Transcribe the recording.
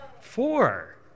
Four